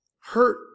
hurt